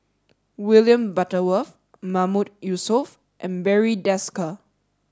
William Butterworth Mahmood Yusof and Barry Desker